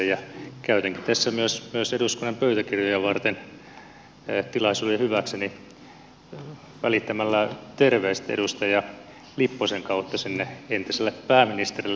käytänkin tässä myös eduskunnan pöytäkirjoja varten tilaisuuden hyväkseni välittämällä terveiset edustaja lipposen kautta sinne entiselle pääministerille